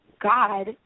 God